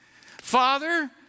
Father